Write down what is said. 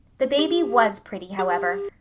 the baby was pretty, however,